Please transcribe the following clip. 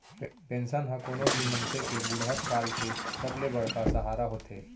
pension ह कोनो भी मनसे के बुड़हत काल के सबले बड़का सहारा होथे